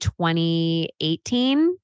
2018